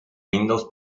windows